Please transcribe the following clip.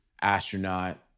astronaut